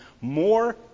more